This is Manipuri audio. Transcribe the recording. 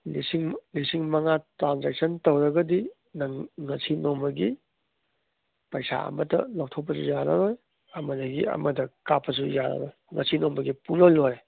ꯂꯤꯁꯤꯡ ꯂꯤꯁꯤꯡ ꯃꯉꯥ ꯇ꯭ꯔꯥꯟꯖꯦꯛꯁꯟ ꯇꯧꯔꯒꯗꯤ ꯅꯪ ꯉꯁꯤ ꯅꯣꯡꯃꯒꯤ ꯄꯩꯁꯥ ꯑꯃꯠꯇ ꯌꯥꯔꯔꯣꯏ ꯑꯃꯗꯒꯤ ꯑꯃꯗ ꯀꯥꯞꯄꯁꯨ ꯌꯥꯔꯔꯣꯏ ꯉꯁꯤ ꯅꯣꯡꯃꯒꯤ ꯄꯨꯡꯂꯣꯏ ꯂꯣꯏꯔꯦ